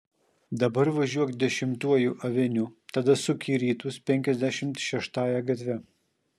dabar važiuok dešimtuoju aveniu tada suk į rytus penkiasdešimt šeštąja gatve